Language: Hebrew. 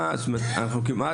יאסר חוג'יראת (רע"מ,